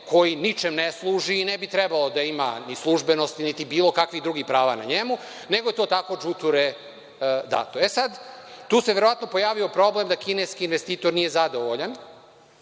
koji ničemu ne služi i ne bi trebalo da ima ni službenost, niti bilo kakvih drugih prava na njemu, nego to tako đuture dato. Tu se verovatno pojavio problem da kineski investitor nije zadovoljan,